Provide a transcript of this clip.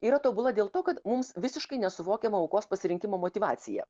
yra tobula dėl to kad mums visiškai nesuvokiama aukos pasirinkimo motyvacija